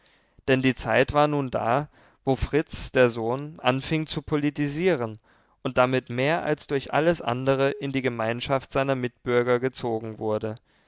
denn die zeit war nun da wo fritz der sohn anfing zu politisieren und damit mehr als durch alles andere in die gemeinschaft seiner mitbürger gezogen wurde